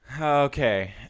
Okay